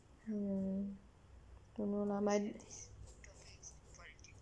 mm don't know lah my